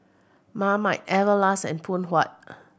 Marmite Everlast and Phoon Huat